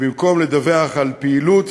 ובמקום לדווח על פעילות